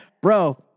bro